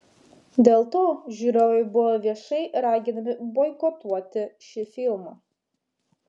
dėl to žiūrovai buvo viešai raginami boikotuoti šį filmą